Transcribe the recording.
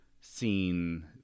seen